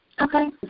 Okay